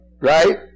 Right